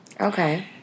Okay